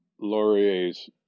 laurier's